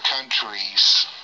countries